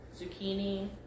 zucchini